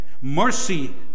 Mercy